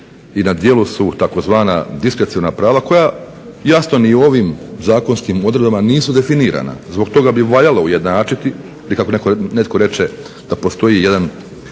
i na djelu su tzv. diskreciona prava koja jasno ni u ovom zakonskim odredbama nisu definirana. Zbog toga bi valjalo ujednačiti kako netko reče, da postoji